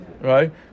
Right